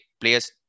players